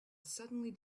suddenly